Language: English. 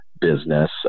business